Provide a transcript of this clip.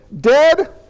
dead